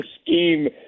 scheme